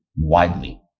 widely